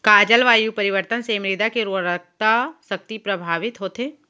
का जलवायु परिवर्तन से मृदा के उर्वरकता शक्ति प्रभावित होथे?